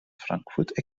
frankfurt